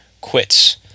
Quits